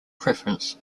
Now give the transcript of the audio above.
preference